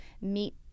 meet